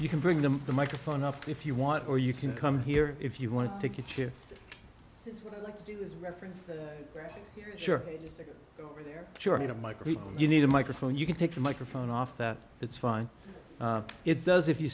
you can bring them the microphone up if you want or you can come here if you want to get you reference sure sure you don't migrate you need a microphone you can take the microphone off that it's fine it does if you